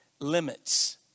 limits